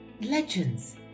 legends